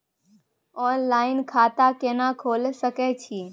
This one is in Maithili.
ऑनलाइन खाता केना खोले सकै छी?